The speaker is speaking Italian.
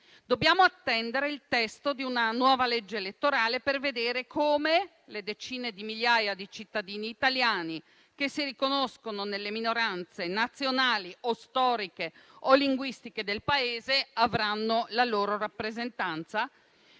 Dobbiamo attendere il testo di una nuova legge elettorale per vedere come le decine di migliaia di cittadini italiani che si riconoscono nelle minoranze nazionali o storiche o linguistiche del Paese avranno la loro rappresentanza.